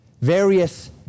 Various